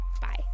Bye